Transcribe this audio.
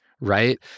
right